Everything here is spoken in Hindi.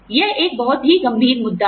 यह एक बहुत ही गंभीर मुद्दा है